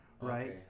right